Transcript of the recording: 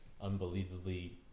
Unbelievably